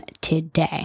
today